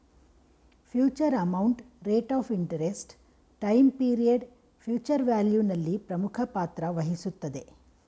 future amount, rate of interest, time period future value ನಲ್ಲಿ ಮುಖ್ಯ ಪಾತ್ರ ವಹಿಸುತ್ತದೆ